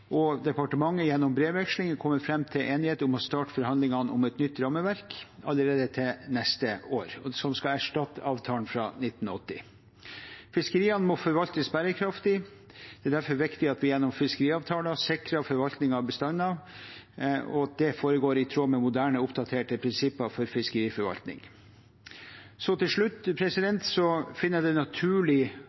og departementet gjennom brevveksling er kommet fram til enighet om å starte forhandlingene om et nytt rammeverk allerede til neste år. Dette skal erstatte avtalen fra 1980. Fiskeriene må forvaltes bærekraftig. Det er derfor viktig at vi gjennom fiskeriavtaler sikrer at forvaltningen av bestander foregår i tråd med moderne og oppdaterte prinsipper for fiskeriforvaltning. Til slutt finner jeg det naturlig